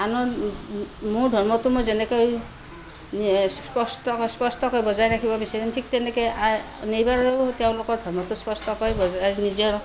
আনৰ মোৰ ধৰ্মটো মই যেনেকৈ স্পষ্ট স্পষ্টকে বজাই ৰাখিব বিচাৰো ঠিক তেনেকে নেবাৰেও তেওঁলোকৰ ধৰ্মটো স্পষ্টকৈ বজাই নিজে ৰাখিব